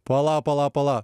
pala pala pala